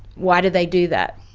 why do they do that?